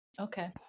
Okay